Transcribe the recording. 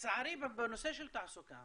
לצערי בנושא של התעסוקה